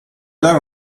dare